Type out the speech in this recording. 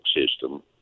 system